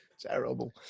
terrible